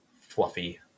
Fluffy